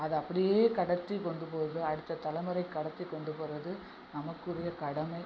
அதை அப்படியே கடத்திக் கொண்டு போவது அடுத்த தலைமுறைக்கு கடத்திக் கொண்டு போவது நமக்குரிய கடமை